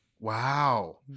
Wow